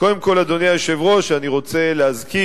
קודם כול, אדוני היושב-ראש, אני רוצה להזכיר